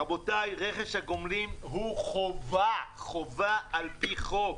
רבותיי, רכש הגומלין הוא חובה על-פי חוק.